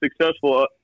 successful